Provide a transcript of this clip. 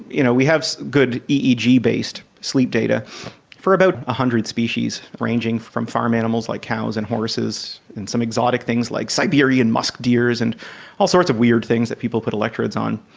you know, we have good eeg-based sleep data for about one hundred species, ranging from farm animals like cows and horses and some exotic things like siberian musk deers and all sorts of weird things that people put electrodes on.